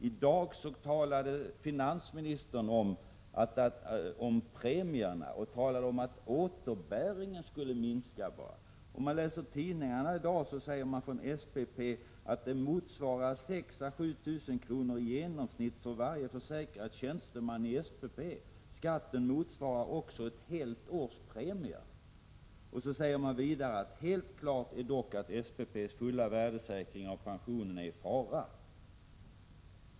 I dag talade finansministern om premierna och sade att det bara var återbäringen som skulle minska. I tidningarna i dag säger man från SPP att skatten motsvarar i genomsnitt 6 000-7 000 kr. för varje tjänsteman som är försäkrad i SPP. Skatten motsvarar därutöver ett helt års premier. Man säger vidare att det är helt klart att SPP:s fulla värdesäkring av pensionerna är i fara.